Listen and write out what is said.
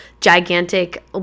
gigantic